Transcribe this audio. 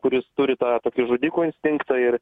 kuris turi tą tokį žudiko instinktą ir